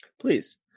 Please